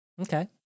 Okay